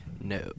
No